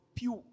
più